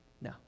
no